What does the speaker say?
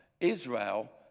Israel